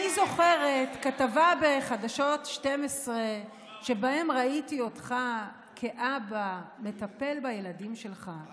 אני זוכרת כתבה בחדשות 12 שבה ראיתי אותך כאבא מטפל בילדים שלך,